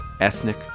ethnic